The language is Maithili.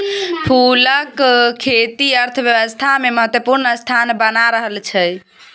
फूलक खेती अर्थव्यवस्थामे महत्वपूर्ण स्थान बना रहल छै